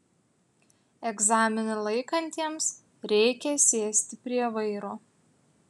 egzaminą laikantiems reikia sėsti prie vairo